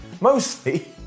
mostly